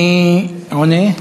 מי עונה?